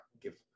give